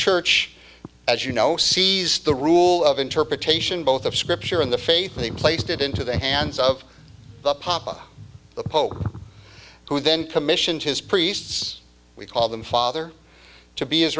church as you know sees the rule of interpretation both of scripture in the faith they placed it into the hands of the papa the pope who then commissions his priests we call them father to be